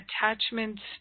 attachments